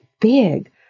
big